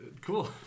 cool